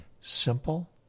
simple